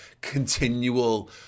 continual